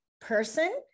person